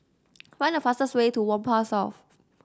find the fastest way to Whampoa South